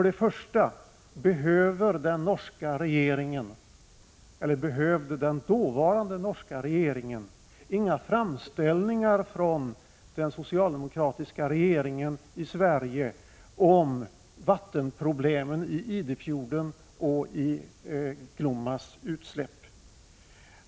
Den dåvarande norska regeringen behövde inga framställningar från den socialdemokratiska regeringen i Sverige om vattenproblemen i Idefjorden och i Glommas utsläpp.